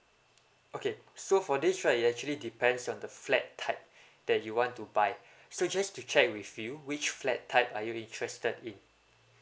okay so for this right it actually depends on the flat type that you want to buy so just to check with you which flat type are you interested in